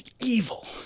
evil